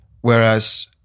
Whereas